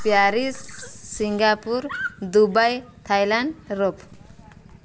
Paris Singapore Dubai Thailand Rome